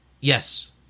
Yes